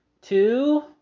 two